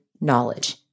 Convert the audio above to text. knowledge